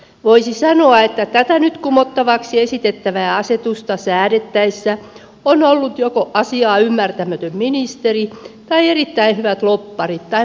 voisi sanoa että tätä nyt kumottavaksi esitettävää asetusta säädettäessä on ollut joko asiaa ymmärtämätön ministeri tai erittäin hyvät lobbarit tai molempia